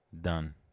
done